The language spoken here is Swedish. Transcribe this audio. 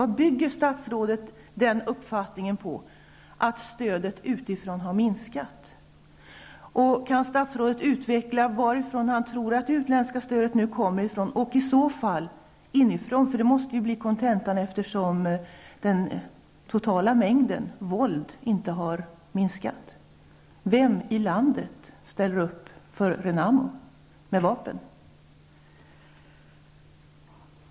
Vad bygger statsrådet uppfattningen på att stödet utifrån har minskat? Kan statsrådet tala om varifrån han tror att det utländska stödet nu kommer? Kontentan måste ju bli att det kommer inifrån, eftersom den totala mängden våld inte har minskat. Vem i landet ställer i så fall upp för Renamo med vapen?